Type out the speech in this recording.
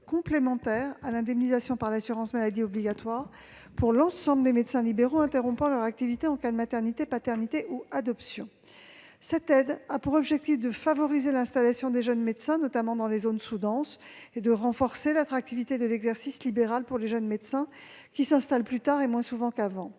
complémentaire à l'indemnisation par l'assurance maladie obligatoire pour l'ensemble des médecins libéraux interrompant leur activité en cas de maternité, paternité ou adoption. Cette aide a pour objectif de favoriser l'installation des jeunes médecins, notamment dans les zones sous-denses et de renforcer l'attractivité de l'exercice libéral pour les jeunes médecins, qui s'installent plus tard et moins souvent qu'avant.